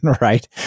right